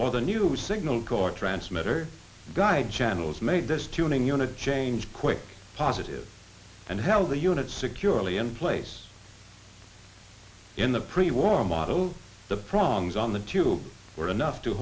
or the new signal core transmitter guide channels made this tuning unit change quick positive and how the unit securely in place in the pre war model the proms on the tube were enough to